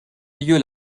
lieu